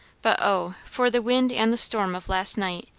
but oh for the wind and the storm of last night,